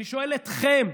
אני שואל אתכם,